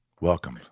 welcome